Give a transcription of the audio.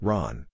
Ron